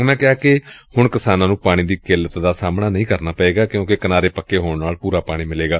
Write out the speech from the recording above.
ਉਨੂਾ ਕਿਹਾ ਕਿ ਕਿਸਾਨਾਂ ਨੂੰ ਪਾਣੀ ਦੀ ਕਿੱਲਤ ਦਾ ਸਾਹਮਣਾ ਨਹੀ ਕਰਨਾ ਪਏਗਾ ਕਿਉਕਿ ਕਿਨਾਰੇ ਪੱਕੇ ਹੋਣ ਨਾਲ ਪੂਰਾ ਪਾਣੀ ਮਿਲੇਗਾ